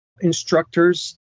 instructors